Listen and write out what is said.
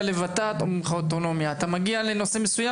ל-ות"ת אומרים לך אוטונומיה; אתה מגיע לנושא מסוים